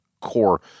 core